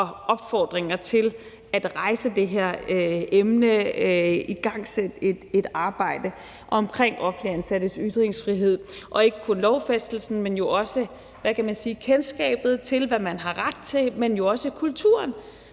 og opfordringer til at rejse det her emne, igangsætte et arbejde omkring offentligt ansattes ytringsfrihed og ikke kun lovfæstelsen, men jo også kendskabet til, hvad man har ret til – og det